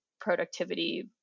productivity